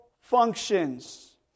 functions